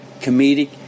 comedic